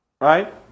Right